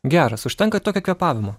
geras užtenka tokio kvėpavimo